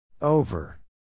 Over